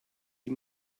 die